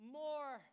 more